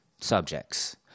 subjects